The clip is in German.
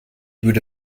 würde